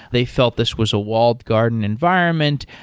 they felt this was a walled garden environment.